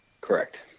Correct